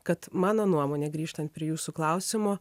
kad mano nuomone grįžtant prie jūsų klausimo